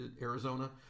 Arizona